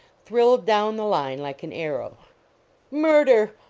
thrilled down the line like an arrow murder!